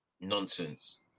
nonsense